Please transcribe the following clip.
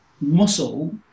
muscle